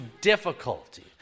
difficulty